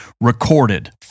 recorded